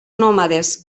nòmades